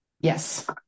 yes